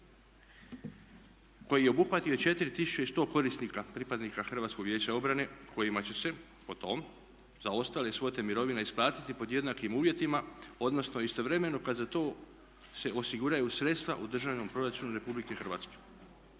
koji je obuhvatio 4100 korisnika pripadnika Hrvatskog vijeća obrane kojima će se po tom za ostale svote mirovina isplatiti pod jednakim uvjetima, odnosno istovremeno kad za to se osiguraju sredstva u državnom proračunu Republike Hrvatske.